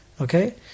Okay